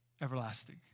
everlasting